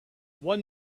one